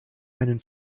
einen